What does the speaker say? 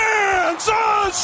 Kansas